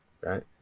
Right